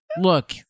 Look